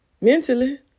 Mentally